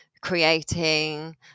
creating